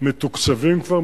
מתוקצבים כבר,